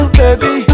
baby